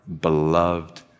beloved